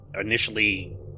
initially